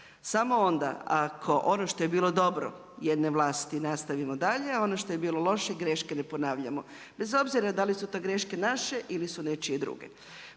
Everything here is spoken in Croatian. samo onda ako ono što je bilo dobro jedne vlasti nastavimo dalje, a ono što je bilo loše greške ne ponavljamo, bez obzira da li su te greške naše ili su nečije druge.